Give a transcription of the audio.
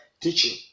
Teaching